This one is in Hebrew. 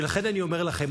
ולכן אני אומר לכם,